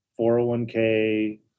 401k